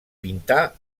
pintà